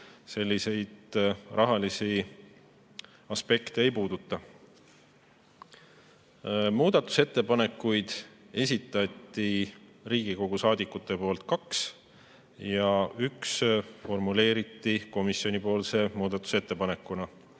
selliseid rahalisi aspekte ei puuduta. Muudatusettepanekuid esitasid Riigikogu saadikud kaks ja üks formuleeriti komisjoni muudatusettepanekuna.